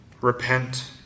Repent